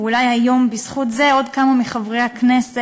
ואולי גם היום בזכות זה עוד כמה מחברי הכנסת